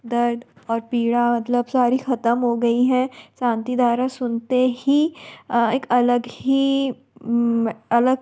दर्द और पीड़ा मतलब सब ख़त्म हो गई हैं शांति धारा सुनते ही एक अलग ही अलग